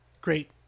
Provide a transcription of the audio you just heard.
Great